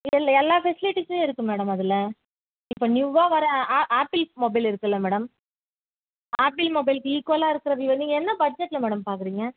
L எல்லா ஃபெசிலிட்டிஸும் இருக்கு மேடம் அதில் இப்போ நியூவாக வர அ அ ஆப்பிள்ஸ் மொபைல் இருக்குல்ல மேடம் ஆப்பிள் மொபைலுக்கு ஈக்குவலாக இருக்கிறது நீங்கள் என்ன பட்ஜெட்டில் மேடம் பார்க்குறீங்க